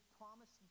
promise